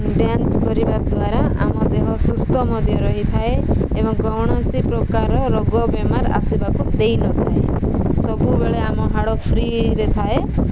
dance କରିବା ଦ୍ୱାରା ଆମ ଦେହ ସୁସ୍ଥ ମଧ୍ୟ ରହିଥାଏ ଏବଂ କୌଣସି ପ୍ରକାର ରୋଗ ବେମାର ଆସିବାକୁ ଦେଇନଥାଏ ସବୁବେଳେ ଆମ ହାଡ଼ ଫ୍ରି ହେଇକି ଥାଏ